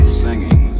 singing